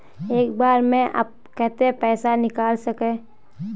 एक बार में हम केते पैसा निकल सके?